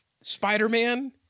Spider-Man